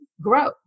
grow